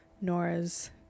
nora's